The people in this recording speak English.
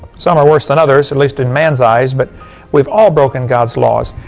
some are worse than others, at least in man's eyes, but we've all broken god's laws.